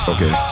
Okay